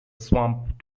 swamp